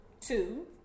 two